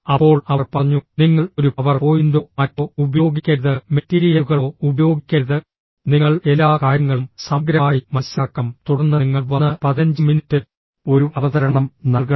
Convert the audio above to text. അപ്പോൾ അവർ പറഞ്ഞു നിങ്ങൾ ഒരു പവർ പോയിന്റോ മറ്റോ ഉപയോഗിക്കരുത് മെറ്റീരിയലുകളോ ഉപയോഗിക്കരുത് നിങ്ങൾ എല്ലാ കാര്യങ്ങളും സമഗ്രമായി മനസ്സിലാക്കണം തുടർന്ന് നിങ്ങൾ വന്ന് 15 മിനിറ്റ് ഒരു അവതരണം നൽകണം